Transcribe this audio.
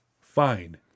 fine